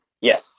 Yes